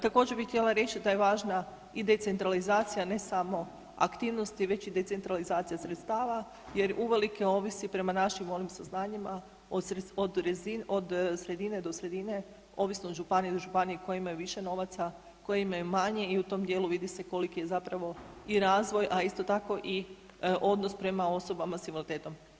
Također bih htjela reći da je važna i decentralizacija ne samo aktivnosti, već i decentralizacija sredstava jer uvelike ovisi prema našim onim saznanjima od sredine do sredine ovisno od županije do županije koje imaju više novaca, koje imaju manje i u tom dijelu vidi se koliki je razvoj, a isto tako i odnos prema osobama s invaliditetom.